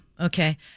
Okay